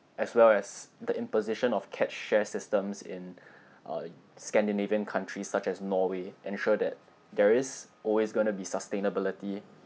as well as the imposition of catch share systems in uh scandinavian countries such as norway ensure that there is always going to be sustainability